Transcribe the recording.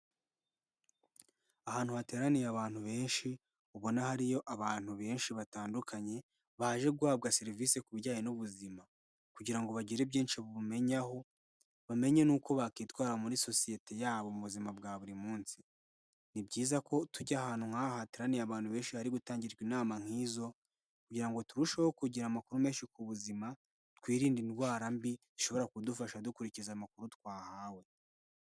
Ahantu hateraniye abantu benshi, ubona hariyo abantu benshi batandukanye, baje guhabwa serivisi ku bijyanye n'ubuzima. Kugira ngo bagire byinshi babumenyaho, bamenye n'uko bakwitwara muri sosiyete yabo mu buzima bwa buri munsi. Ni byiza ko tujya ahantu nk'aha hateraniye abantu benshi hari gutangirwa inama nk'izo, kugira ngo turusheho kugira amakuru menshi ku buzima, twirinde indwara mbi bishobora kudufasha dukurikiza amakuru twahawe.